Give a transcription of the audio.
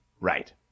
Right